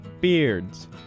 Beards